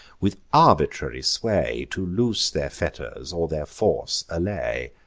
with arbitrary sway, to loose their fetters, or their force allay.